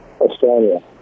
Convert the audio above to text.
Australia